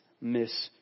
miss